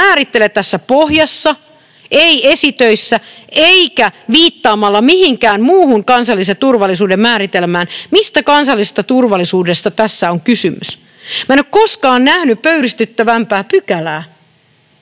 ei määrittele tässä pohjassa, ei esitöissä eikä viittaamalla mihinkään muuhun kansallisen turvallisuuden määritelmään, mistä kansallisesta turvallisuudesta tässä on kysymys. Minä en ole koskaan nähnyt pöyristyttävämpää pykälää.